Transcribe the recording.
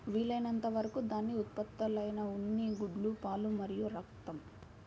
వీలైనంత వరకు దాని ఉత్పత్తులైన ఉన్ని, గుడ్లు, పాలు మరియు రక్తం